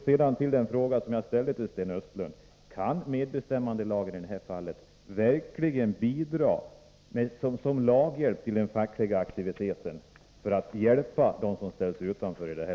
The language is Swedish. Sedan till den fråga som jag ställde till Sten Östlund: Kan medbestämmandelagenii detta fall verkligen stödja den fackliga aktiviteten för att hjälpa dem som ställs utanför?